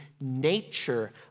nature